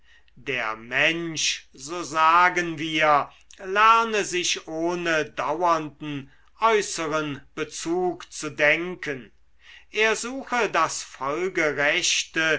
der mensch so sagen wir lerne sich ohne dauernden äußeren bezug zu denken er suche das folgerechte